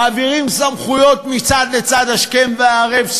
מעבירים סמכויות מצד לצד השכם והערב,